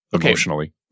emotionally